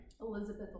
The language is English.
Elizabeth